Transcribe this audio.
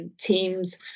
teams